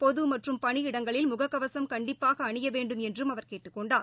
பொதுமற்றும் பணியிடங்களில் முகக்கவசம் கண்டிப்பாகஅணியவேண்டும் என்றும் அவர் கேட்டுக் கொண்டார்